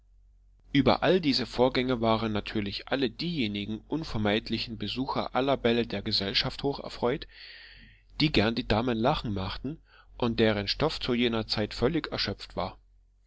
über all diese vorgänge waren natürlich alle diejenigen unvermeidlichen besucher aller bälle der gesellschaft hocherfreut die gern die damen lachen machten und deren stoff zu jener zeit völlig erschöpft war